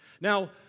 Now